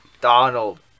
Donald